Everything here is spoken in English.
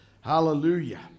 Hallelujah